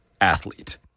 athlete